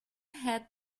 had